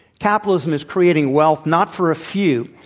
capitalism is creating wealth not for a few,